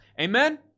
Amen